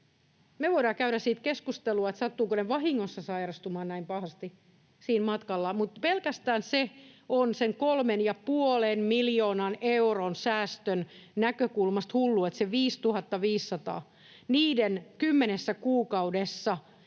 Me voidaan käydä siitä keskustelua, sattuvatko ne vahingossa sairastumaan näin pahasti siinä matkalla, mutta pelkästään se on sen 3,5 miljoonan euron säästön näkökulmasta hullua, että niiden 5 500:n 10 kuukaudessa